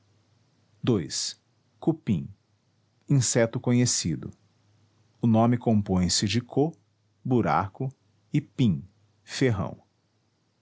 ii cupim inseto conhecido o nome compõe-se de co buraco e pim ferrão